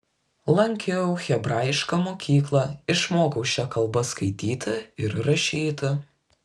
lankiau hebrajišką mokyklą išmokau šia kalba skaityti ir rašyti